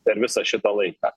per visą šitą laiką